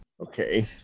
Okay